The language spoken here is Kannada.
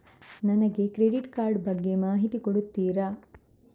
ನನಗೆ ಕ್ರೆಡಿಟ್ ಕಾರ್ಡ್ ಬಗ್ಗೆ ಮಾಹಿತಿ ಕೊಡುತ್ತೀರಾ?